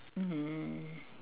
um